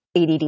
ADD